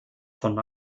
von